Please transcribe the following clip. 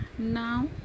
Now